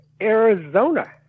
Arizona